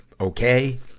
okay